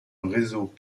réseau